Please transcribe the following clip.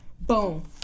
Boom